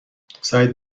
سعید